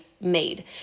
made